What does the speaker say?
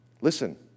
Listen